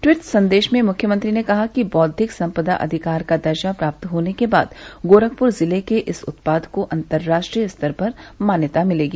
tweet संदेश में मुख्यमंत्री ने कहा कि बौद्विक संपदा अधिकार का दर्जा प्राप्त होने के बाद गोरखपुर जिले के इस उत्पाद को अंतरराष्ट्रीय स्तर पर मान्यता मिलेगी